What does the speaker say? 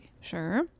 Sure